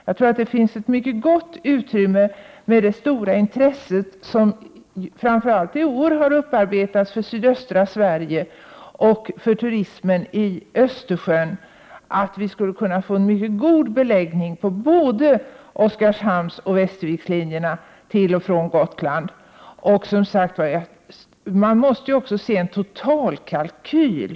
Jag tror att det skulle kunna bli en mycket god beläggning på både Oskarshamnslinjen och Västervikslinjen till och från Gotland med tanke på det stora intresset som framför allt i år har upparbetats för sydöstra Sverige och turismen på Östersjön. Man måste som sagt också se på totalkalkylen.